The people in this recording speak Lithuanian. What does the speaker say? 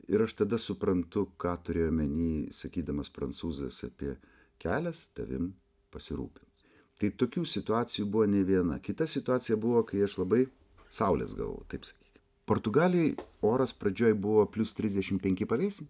ir aš tada suprantu ką turėjo omeny sakydamas prancūzas apie kelias tavim pasirūpins tai tokių situacijų buvo ne viena kita situacija buvo kai aš labai saulės gavau taip sakykim portugalijoj oras pradžioj buvo plius trisdešimt penki pavėsy